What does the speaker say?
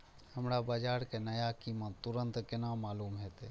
हमरा बाजार के नया कीमत तुरंत केना मालूम होते?